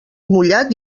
mullat